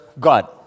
God